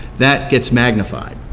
that gets magnified.